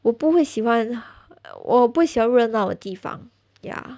我不会喜欢我不会热闹的地方 ya